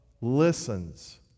listens